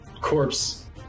Corpse